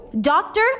doctor